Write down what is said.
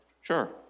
Sure